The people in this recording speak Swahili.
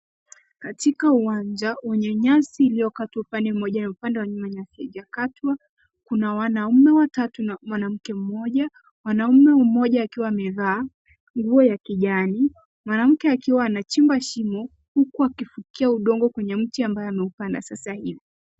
Katika uwanja wenye nyasi iliyokatwa upande mmoja na upande wenye nyasi haijakatwa, kuna wanaume watatu na mwanamke mmoja. Mwanaume mmoja akiwa amevaa nguo ya kijani. Mwanamke akiwa anachimba shimo huku akifukia udongo kwenye mti ambaye ameupanda sasa hivi.